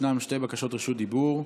ישנן שתי בקשות רשות דיבור,